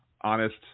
honest